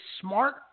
smart